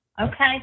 Okay